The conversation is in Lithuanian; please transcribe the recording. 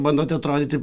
bandote atrodyti